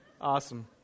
Awesome